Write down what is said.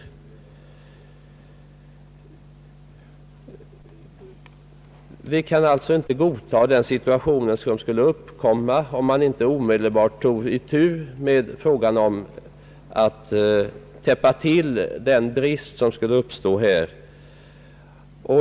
Vi kan alltså inte godta den situation som skulle uppkomma, om man inte omedelbart tog itu med frågan om att täppa till den lucka som skulle uppstå.